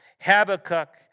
Habakkuk